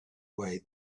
way